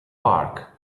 park